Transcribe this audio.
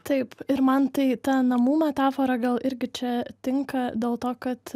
taip ir man tai ta namų metafora gal irgi čia tinka dėl to kad